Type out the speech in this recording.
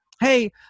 hey